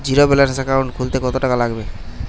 Zero balance account খুলতে কত টাকা লাগে?